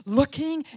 looking